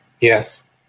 Yes